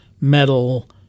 metal